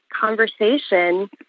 conversation